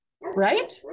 right